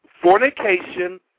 fornication